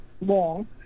long